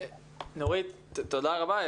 נורית, תודה רבה.